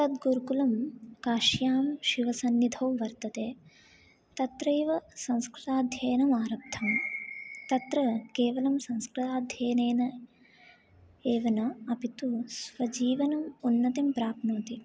तद्गुरुकुलं काश्यां शिवसन्निधौ वर्तते तत्रैव संस्कृताध्ययनम् आरब्धं तत्र केवलं संस्कृताध्ययनेन एव न अपि तु स्वजीवनम् उन्नतिं प्राप्नोति